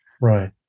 right